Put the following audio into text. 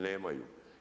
Nemaju.